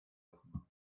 lassen